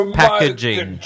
packaging